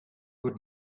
would